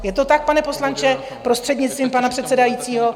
Je to tak, pane poslanče, prostřednictvím pana předsedajícího?